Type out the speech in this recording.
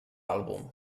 àlbum